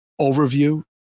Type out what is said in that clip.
overview